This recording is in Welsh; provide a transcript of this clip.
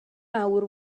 awr